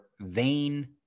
vain